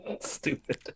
Stupid